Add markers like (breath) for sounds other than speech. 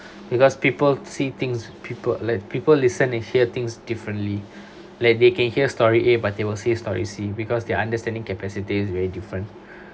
because people see things people let people listen and hear things differently like they can hear story A but they will say story C because their understanding capacity is very different (breath)